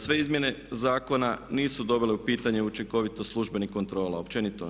Sve izmjene zakona nisu dovele u pitanje učinkovitost službenih kontrola općenito.